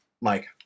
Mike